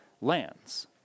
lands